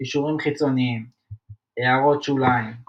קישורים חיצוניים == הערות שוליים ==